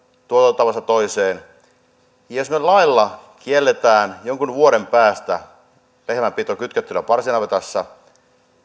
tuotantotavasta toiseen jos me lailla kiellämme jonkun vuoden päästä lehmän pidon kytkettynä parsinavetassa